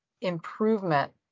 improvement